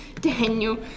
Daniel